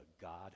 God